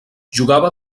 jugava